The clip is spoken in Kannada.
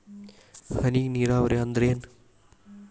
ಹನಿ ನೇರಾವರಿ ಅಂದ್ರ ಏನ್?